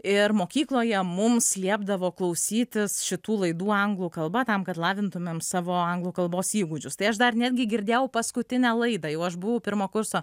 ir mokykloje mums liepdavo klausytis šitų laidų anglų kalba tam kad lavintumėm savo anglų kalbos įgūdžius tai aš dar netgi girdėjau paskutinę laidą jau aš buvau pirmo kurso